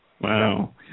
Wow